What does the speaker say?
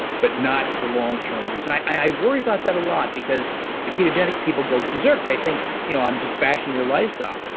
but not for long-term use now, i worry about that a lot because the ketogenic people go berserk. they think you know i'm just bashing their lifestyle.